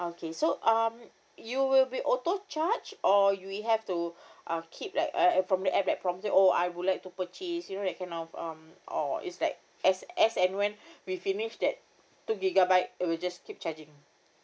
okay so um you will be auto charge or we have to uh keep like uh uh from the app like probably oh I would like to purchase you know that kind of um or it's like as as and when we finish that two gigabyte uh it'll just keep charging